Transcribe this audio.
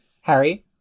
Harry